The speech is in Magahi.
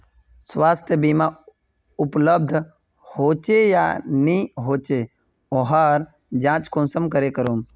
स्वास्थ्य बीमा उपलब्ध होचे या नी होचे वहार जाँच कुंसम करे करूम?